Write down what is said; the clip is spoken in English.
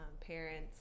parents